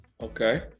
Okay